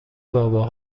بابا